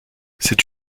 c’est